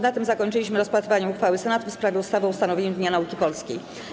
Na tym zakończyliśmy rozpatrywanie uchwały Senatu w sprawie ustawy o ustanowieniu Dnia Nauki Polskiej.